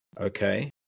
okay